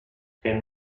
que